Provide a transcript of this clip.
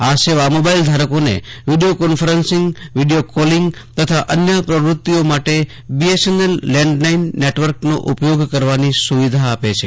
આ સેવા મોબાઇલ ધારકોને વિડિયો કોન્ફરન્સીંગ વિડિયો કોલીંગ તથા અન્ય પ્રવૃત્તિઓ માટે બીએસએનએલ લેન્ડ લાઇન નેટવર્કનો ઉપયોગ કરવાની સુવિધા આપે છે